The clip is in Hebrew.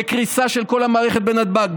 בקריסה של כל המערכת בנתב"ג,